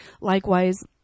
Likewise